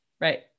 Right